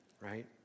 right